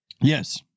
Yes